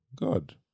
God